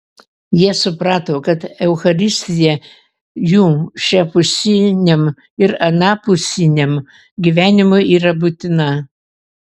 jie suprato kad eucharistija jų šiapusiniam ir anapusiniam gyvenimui yra būtina